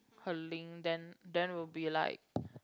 her link then then will be like